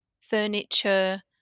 furniture